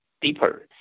deeper